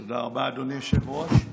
תודה רבה, אדוני היושב-ראש.